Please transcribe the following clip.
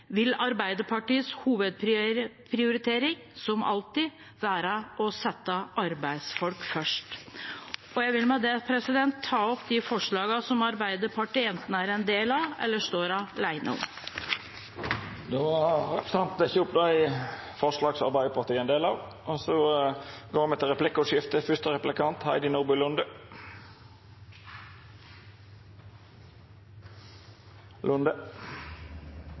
vil Arbeiderpartiets hovedprioritering – som alltid – være å sette arbeidsfolk først. Jeg vil med det ta opp de forslagene som Arbeiderpartiet enten er en del av eller står alene om. Representanten Rigmor Aasrud har teke opp